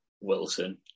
Wilson